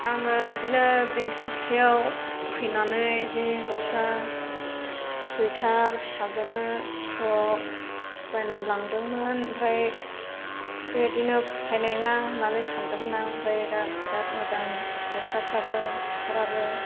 आङो बिदिनो बेंथल हाथाइआव फैनानै बिदि गस्ला सुवेटार फिसाजोनो फ्र'क बायनानै लांदोंमोन ओमफ्राय बेबायदिनो फसायनाय नङा होननानै सान्दोंमोन आं ओमफ्राय दा बिराद मोजां गस्लाफ्राबो सुवेटाराबो